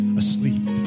asleep